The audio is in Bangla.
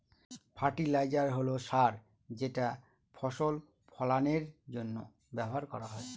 ফার্টিলাইজার হল সার যেটা ফসল ফলানের জন্য ব্যবহার করা হয়